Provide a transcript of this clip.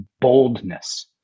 boldness